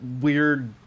weird